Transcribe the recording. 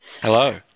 Hello